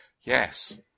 Yes